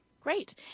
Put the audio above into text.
Great